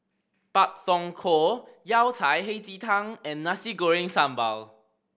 Pak Thong Ko Yao Cai Hei Ji Tang and Nasi Goreng Sambal